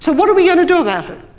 so what are we going to do about it?